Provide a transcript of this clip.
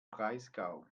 breisgau